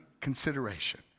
consideration